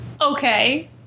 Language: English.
Okay